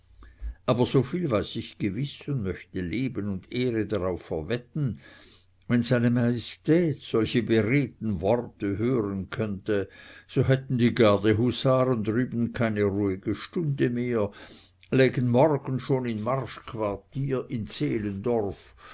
aber weiß ich gewiß und möchte leben und ehre darauf verwetten wenn seine majestät solche beredten worte hören könnte so hätten die gardehusaren drüben keine ruhige stunde mehr lägen morgen schon in marschquartier in zehlendorf